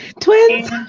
Twins